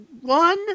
One